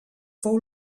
fou